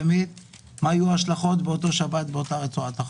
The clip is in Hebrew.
מה יהיו ההשלכות באותה שבת באותה רצועת חוף.